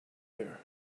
there